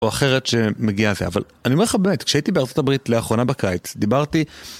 אחרת שמגיעה זה אבל אני אומר לך באמת שהייתי בארה״ב לאחרונה בקיץ דיברתי.